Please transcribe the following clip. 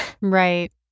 right